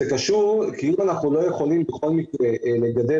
זה קשור כי אם אנחנו לא יכולים בכל מקרה לגדל